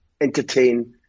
entertain